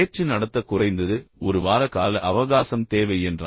பேச்சு நடத்த குறைந்தது ஒரு வார கால அவகாசம் தேவை என்றார்